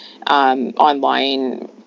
Online